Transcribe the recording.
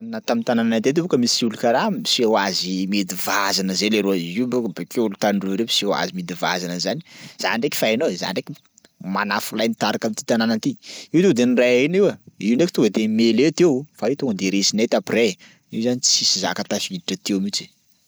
Na tam'tanànanay teto bôka misy olo karaha miseho azy mihidy vazana zay leroa, io bôka bakeo olo tandroy reo miseho azy mihidy vazana zany. Za ndraiky fa hainao e, za ndraiky manafolahy nitarika ty tanàna ty, io to de niray aina io e, io ndraiky tonga mele teo fa io tonga de resinay t'après. Io zany tsisy zaka tafiditra teo mihitsy.